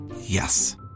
Yes